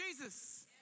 Jesus